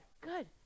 good